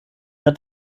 hat